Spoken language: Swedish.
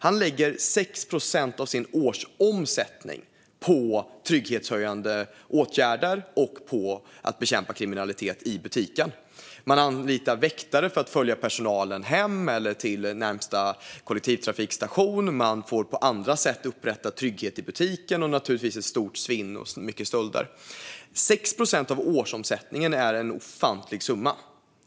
Han lägger 6 procent av sin årsomsättning på trygghetshöjande åtgärder och på att bekämpa kriminalitet i butiken. Han anlitar väktare för att följa personalen hem eller till närmaste kollektivtrafikstation. Han får på andra sätt upprätta trygghet i butiken, och det är naturligtvis ett stort svinn och mycket stölder. 6 procent av årsomsättningen är en ofantlig summa.